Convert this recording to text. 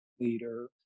leader